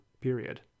period